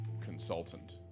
consultant